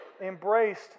Embraced